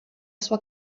sua